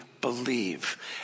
believe